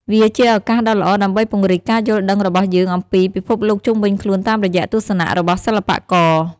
វាជាឱកាសដ៏ល្អដើម្បីពង្រីកការយល់ដឹងរបស់យើងអំពីពិភពលោកជុំវិញខ្លួនតាមរយៈទស្សនៈរបស់សិល្បករ។